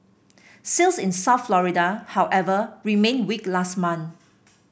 sales in South Florida however remained weak last month